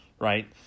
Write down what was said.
right